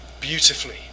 beautifully